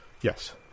Yes